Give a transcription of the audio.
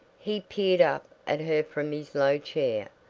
he peered up at her from his low chair,